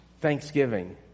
Thanksgiving